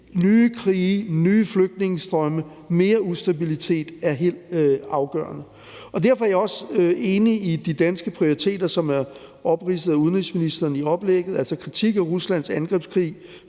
nye krige, nye flygtningestrømme, mere ustabilitet, er helt afgørende. Kl. 12:26 Derfor er jeg også enig i de danske prioriteter, som er opridset af udenrigsministeren i oplægget, altså kritik af Ruslands angrebskrig,